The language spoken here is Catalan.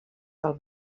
del